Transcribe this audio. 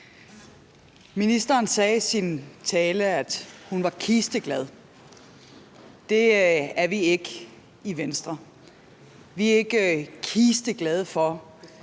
Ministeren sagde i sin tale, at hun var kisteglad. Det er vi ikke i Venstre. Vi er ikke kisteglade for,